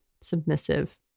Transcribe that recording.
submissive